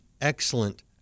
excellent